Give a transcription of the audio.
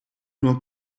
nur